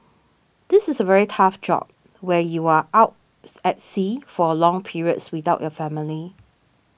this is a very tough job where you are out at sea for long periods without your family